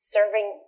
Serving